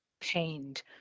pained